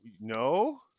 No